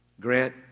Grant